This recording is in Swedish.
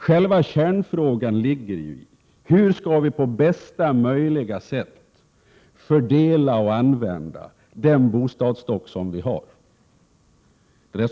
Själva kärnfrågan handlar om hur vi på bästa möjliga sätt skall fördela och använda den bostadsstock som finns att tillgå.